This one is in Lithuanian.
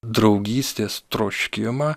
draugystės troškimą